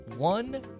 One